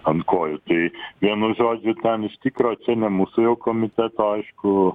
ant kojų ir vienu žodžiu ten iš tikro čia ne mūsų komiteto aišku